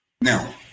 Now